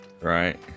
Right